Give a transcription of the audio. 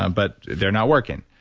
ah but they're not working.